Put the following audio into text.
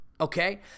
okay